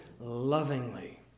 lovingly